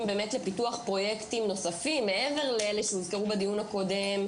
לפיתוח פרויקטים נוספים מעבר לאלה שהוזכרו בדיון הקודם,